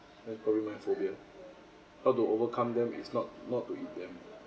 that's probably my phobia how to overcome them is not not to eat them